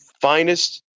finest